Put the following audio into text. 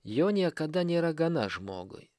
jo niekada nėra gana žmogui